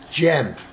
gem